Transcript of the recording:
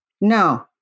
No